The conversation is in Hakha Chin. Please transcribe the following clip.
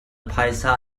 phaisa